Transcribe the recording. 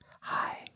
Hi